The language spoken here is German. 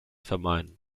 vermeiden